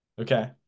Okay